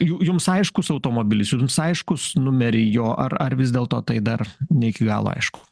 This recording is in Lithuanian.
ju jums aiškus automobilis jums aiškus numeriai jo ar ar vis dėlto tai dar ne iki galo aišku